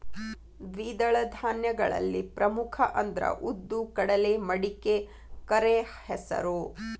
ದ್ವಿದಳ ಧಾನ್ಯಗಳಲ್ಲಿ ಪ್ರಮುಖ ಅಂದ್ರ ಉದ್ದು, ಕಡಲೆ, ಮಡಿಕೆ, ಕರೆಹೆಸರು